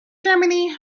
germany